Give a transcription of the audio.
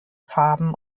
farben